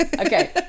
Okay